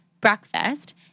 breakfast